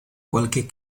qualche